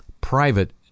private